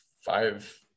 five